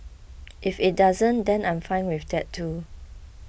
if it doesn't then I'm fine with that too